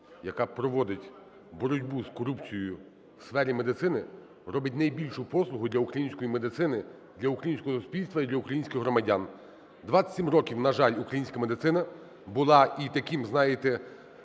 яка проводить боротьбу з корупцією в сфері медицини, робить найбільшу послугу для української медицини, для українського суспільства і для українських громадян. 27 років, на жаль, українська медицина була таким, знаєте,